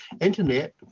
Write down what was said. internet